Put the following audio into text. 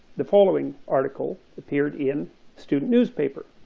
the following article appeared in student newspaper